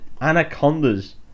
Anacondas